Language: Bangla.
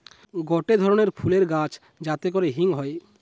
গটে ধরণের ফুলের গাছ যাতে করে হিং হয়ে